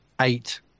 eight